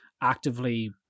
actively